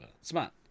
Smart